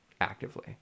actively